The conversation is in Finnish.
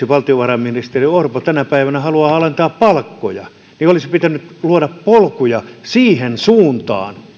valtiovarainministeri orpo tänä päivänä haluaa alentaa palkkoja mutta olisi pitänyt luoda polkuja vaikkapa siihen suuntaan